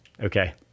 Okay